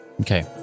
Okay